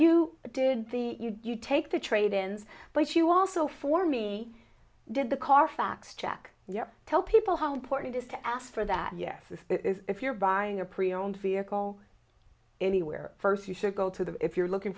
did the you take the trade ins but you also for me did the carfax check yep tell people how important is to ask for that yes if you're buying a pre owned vehicle anywhere first you should go to the if you're looking